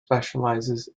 specialises